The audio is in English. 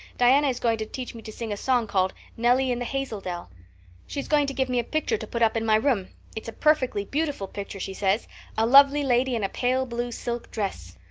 diana is going to teach me to sing a song called nelly in the hazel dell she's going to give me a picture to put up in my room it's a perfectly beautiful picture, she says a lovely lady in a pale blue silk dress.